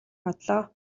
одлоо